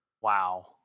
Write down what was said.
Wow